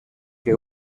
que